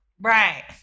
Right